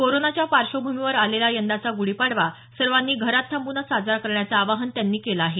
कोरोनोच्या पार्श्वभूमीवर आलेला यंदाचा ग्रढीपाडवा सर्वांनी घरात थांब्रनच साजरा करण्याचं आवाहन त्यांनी केलं आहे